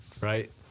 right